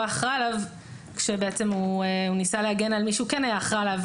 אחראי עליו כשהוא ניסה להגן על מי שהוא כן אחראי עליו.